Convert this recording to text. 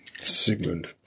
Sigmund